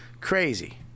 Crazy